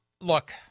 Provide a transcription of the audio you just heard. Look